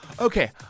Okay